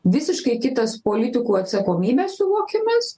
visiškai kitas politikų atsakomybės suvokimas